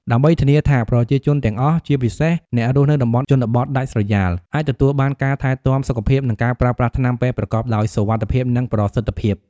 ដើម្បីធានាថាប្រជាជនទាំងអស់ ជាពិសេសអ្នករស់នៅតំបន់ជនបទដាច់ស្រយាល អាចទទួលបានការថែទាំសុខភាព និងការប្រើប្រាស់ថ្នាំពេទ្យប្រកបដោយសុវត្ថិភាព និងប្រសិទ្ធភាព។